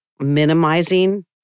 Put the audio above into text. Minimizing